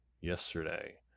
yesterday